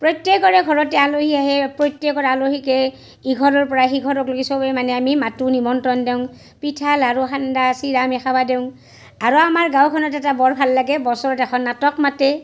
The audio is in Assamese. প্ৰত্যেকৰে ঘৰতে আলহী আহে প্ৰত্যেকৰে আলহীকে ইঘৰৰ পৰা সিঘৰক লেগি চবে মানে আমি মাতো নিমন্ত্ৰণ দিওঁ পিঠা লাৰু সান্দহ চিৰা আমি খাবা দিওঁ আৰু আমাৰ গাঁওখনত এটা বৰ ভাল লাগে বছৰত এখন নাটক মাতে